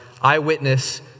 eyewitness